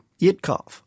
Yitkov